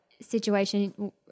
situation